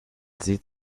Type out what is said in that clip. seht